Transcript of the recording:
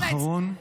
משפט אחרון.